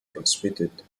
transmitted